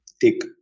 take